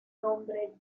nombre